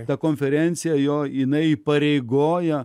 ta konferencija jo jinai įpareigoja